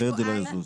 אחרת זה לא יזוז.